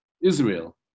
Israel